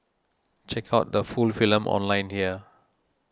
check out the full film online here